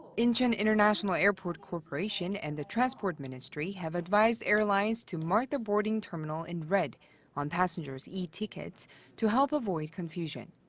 incheon international airport corporation and the transport ministry have advised airlines to mark the boarding terminal in red on passengers' tickets to help avoid confusion.